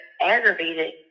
aggravated